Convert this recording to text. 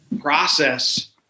process